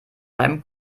seinem